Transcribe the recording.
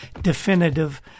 Definitive